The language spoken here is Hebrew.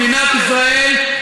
מדינת ישראל,